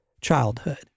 childhood